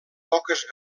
poques